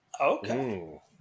okay